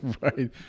Right